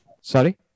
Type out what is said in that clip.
Sorry